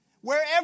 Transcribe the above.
Wherever